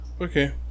Okay